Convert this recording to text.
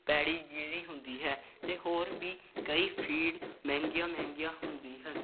paddy ਗਿਰੀ ਹੁੰਦੀ ਹੈ ਅਤੇ ਹੋਰ ਵੀ ਕਈ ਫੀਡ ਮਹਿੰਗੀਆਂ ਮਹਿੰਗੀਆਂ ਹੁੰਦੀ ਹੈ